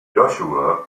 joshua